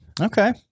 Okay